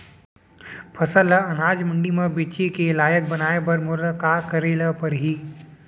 फसल ल अनाज मंडी म बेचे के लायक बनाय बर मोला का करे ल परही?